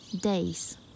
days